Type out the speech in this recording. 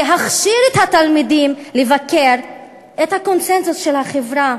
להכשיר את התלמידים לבקר את הקונסנזוס של החברה.